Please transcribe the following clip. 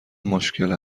مشکل